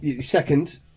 Second